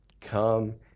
Come